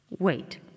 Wait